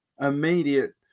immediate